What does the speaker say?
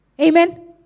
Amen